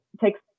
takes